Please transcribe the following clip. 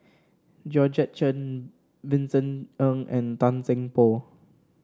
Georgette Chen Vincent Ng and Tan Seng Poh